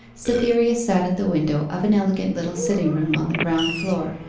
cytherea sat at the window of an elegant little sitting-room on the ground floor,